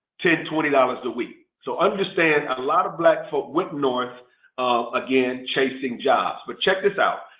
ten, twenty dollars a week. so understand, a lot of black folk went north again chasing jobs. but check this out.